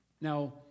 Now